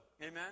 Amen